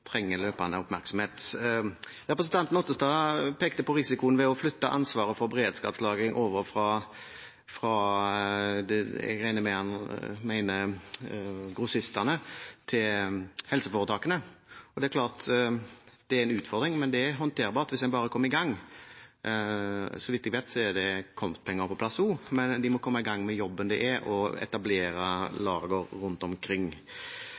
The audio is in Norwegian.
trenger løpende oppmerksomhet. Representanten Otterstad pekte på risikoen ved å flytte ansvaret for beredskapslagring over fra – jeg regner med at det var det han mente – grossistene til helseforetakene. Det er klart at det er en utfordring, men det er håndterbart hvis en bare kommer i gang. Så vidt jeg vet, er det kommet penger på plass også. De må komme i gang med jobben det er å etablere lagre rundt omkring.